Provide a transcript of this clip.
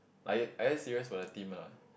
are you are you serious for the team or not